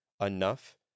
enough